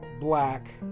black